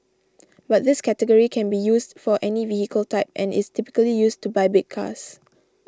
but this category can be used for any vehicle type and is typically used to buy big cars